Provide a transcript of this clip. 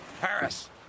Harris